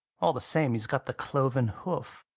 all the same, he's got the cloven hoof.